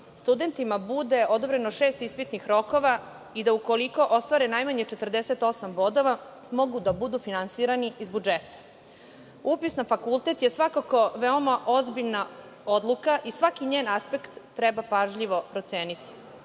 studentima bude odobreno šest ispitnih rokova i da, ukoliko ostvare najmanje 48 bodova, mogu da budu finansirani iz budžeta. Upis na fakultet je svakako veoma ozbiljna odluka i svaki njen aspekt treba pažljivo proceniti.